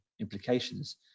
implications